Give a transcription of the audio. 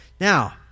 Now